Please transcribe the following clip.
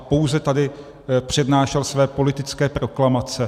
Pouze tady přednášel své politické proklamace.